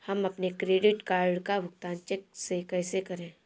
हम अपने credit card का भुगतान चेक से कैसे करें?